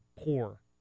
poor